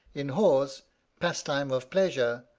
in hawes' pastime of pleasure,